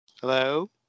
Hello